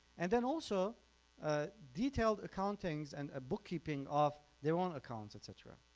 and then also ah detailed accounting and bookkeeping of their own accounts etc.